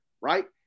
right